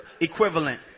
equivalent